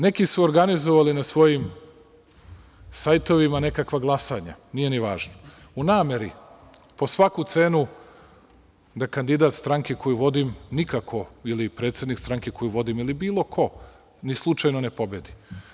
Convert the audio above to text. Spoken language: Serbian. Neki su organizovali na svojim sajtovima nekakva glasanja, nije ni važno u nameri po svaku cenu da kandidat stranke koju vodim nikako ili predsednik stranke koju vodim ili bilo ko ni slučajno ne pobedi.